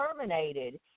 terminated